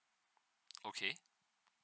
okay